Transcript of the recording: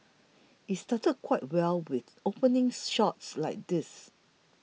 it started quite well with opening shots like these